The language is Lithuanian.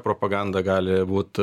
propaganda gali būt